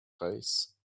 fraysse